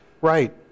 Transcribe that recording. right